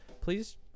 Please